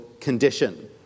condition